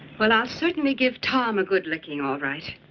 well, i'll certainly give tom a good licking, all right.